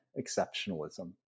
exceptionalism